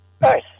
Nice